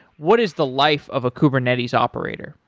what is the life of a kubernetes operator?